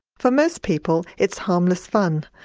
for most people, it's harmless fun,